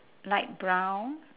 light brown